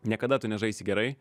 niekada tu nežaisi gerai